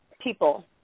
people